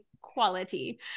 quality